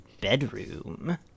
bedroom